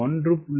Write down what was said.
1